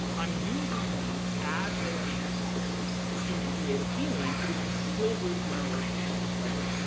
i'm using these as they are necessary to create a feeling which is still rooted in my relationship with my players.